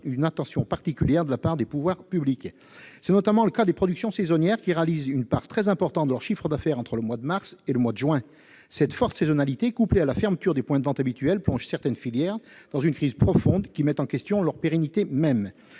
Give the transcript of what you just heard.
d'une attention particulière de la part des pouvoirs publics. C'est notamment le cas des productions saisonnières dont une part très importante du chiffre d'affaires est réalisée entre les mois de mars et de juin. Cette forte saisonnalité, conjuguée à la fermeture des points de vente habituels, plonge certaines filières dans une crise profonde, qui met en question leur pérennité même.